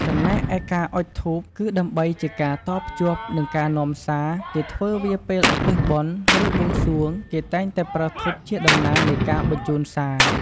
ចំណែកឯការអុជធូបគឺដើម្បី ជាការតភ្ជាប់ និងការនាំសារ គេធ្វើវាពេលឧទ្ទិសបុណ្យ ឬបួងសួង គេតែងតែប្រើធូបជាតំណាងនៃការបញ្ជូនសារ។